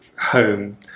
home